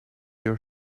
your